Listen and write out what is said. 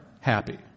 happy